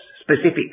specific